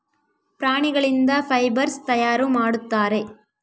ಪ್ರಾಣಿಗಳಿಂದ ಫೈಬರ್ಸ್ ತಯಾರು ಮಾಡುತ್ತಾರೆ